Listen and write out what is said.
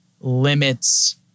limits